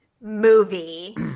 movie